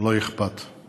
לא אכפת לה.